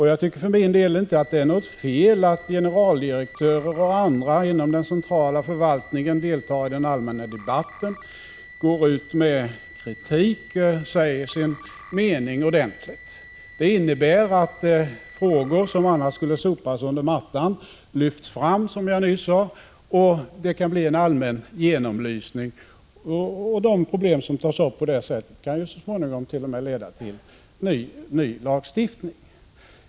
Jag tycker för min del inte att det är något fel att generaldirektörer och andra inom den centrala förvaltningen deltar i den allmänna debatten, går ut med kritik och säger sin mening ordentligt. Det innebär, som jag nyss antydde, att frågor som annars skulle sopas under mattan lyfts fram. Det kan bli en allmän genomlysning, och att problem tas upp på detta sätt kan t.o.m. så småningom leda till ny lagstiftning.